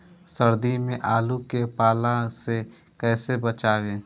सर्दी में आलू के पाला से कैसे बचावें?